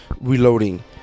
reloading